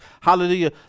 hallelujah